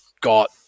got